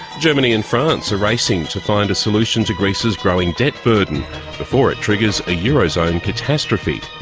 germany and france are racing to find a solution to greece's growing debt burden before it triggers a eurozone catastrophe.